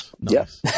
Yes